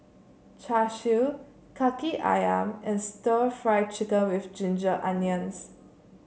Char Siu Kaki ayam and stir Fry Chicken with Ginger Onions